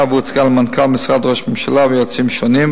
והוצגה למנכ"ל משרד ראש הממשלה ויועצים שונים,